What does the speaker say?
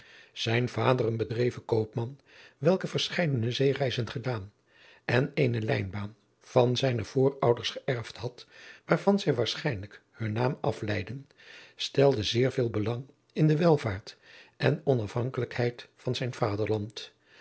zijn vader een bedreven koopman welke verscheiden zeereizen gedaan en eene lijnbaan van zijne voorouders geërfd had waarvan zij waarschijnlijk hunn naam afleidden stelde veel belang in de welvaart en onafhankelijkheid van zijn